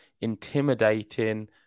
intimidating